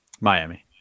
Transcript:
Miami